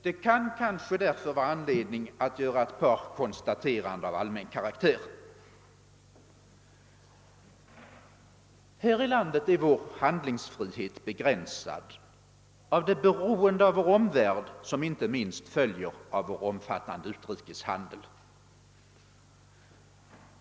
Det kan därför kanske vara anledning att göra ett par konstateranden av allmän karaktär. Här i landet är vår handlingsfrihet begränsad av det beroende av vår omvärld som inte minst följer av vår omfattande utrikeshandel.